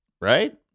right